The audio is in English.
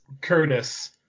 Curtis